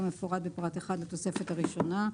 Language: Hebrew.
כמפורט בפרט (1) לתוספת הראשונה,